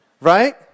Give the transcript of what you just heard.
right